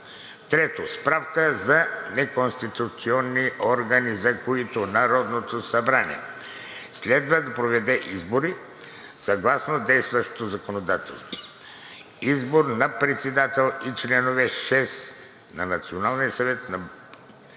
3. Справка за неконституционни органи, за които Народното събрание следва да проведе избори съгласно действащото законодателство. Избор на председател и членове – шест на брой, на Националния съвет за българите,